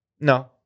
No